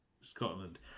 scotland